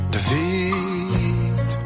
David